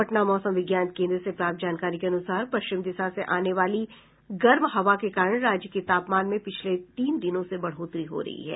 पटना मौसम विज्ञान केन्द्र से प्राप्त जानकारी के अनुसार पश्चिम दिशा से आने वाली गर्म हवा के कारण राज्य के तापमान में पिछले तीन दिनों से बढ़ोतरी हो रही है